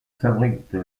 fabrique